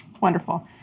wonderful